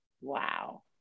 Wow